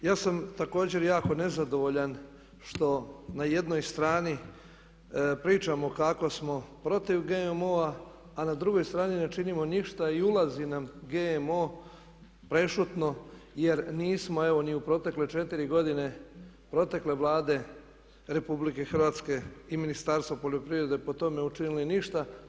Ja sam također jako nezadovoljan što na jednoj strani pričamo kako smo protiv GMO-a a na drugoj strani ne činimo ništa i ulazi nam GMO prešutno jer nismo evo ni u protekle četiri godine protekle Vlade RH i Ministarstva poljoprivrede po tome učinili ništa.